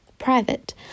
private